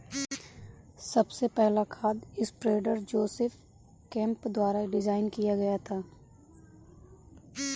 सबसे पहला खाद स्प्रेडर जोसेफ केम्प द्वारा डिजाइन किया गया था